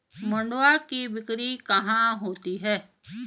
मंडुआ की बिक्री कहाँ होती है?